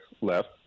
left